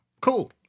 cool